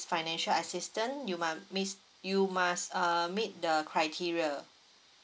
financial assistance you mu~ miss you must uh meet the criteria